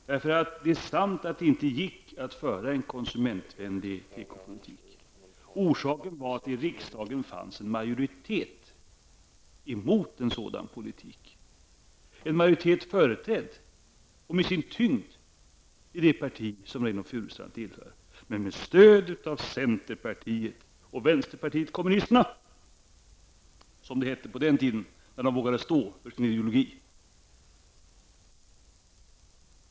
Det är sant att det inte gick att föra en konsumentvänlig tekopolitik. Orsaken var att det i riksdagen fanns en majoritet som var emot en sådan politik -- en majoritet företrädd av och som hade sin tyngdpunkt i det parti som Reynold Furustrand tillhör. Man hade stöd av centerpartiet och vänsterpartiet kommunisterna, som det senare partiet kallades under den tid då man vågade stå för sin ideologi.